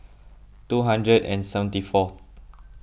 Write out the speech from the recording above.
two hundred and seventy fourth